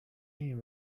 این